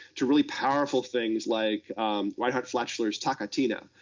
to really powerful things like reinhard flatischleris taketina,